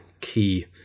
key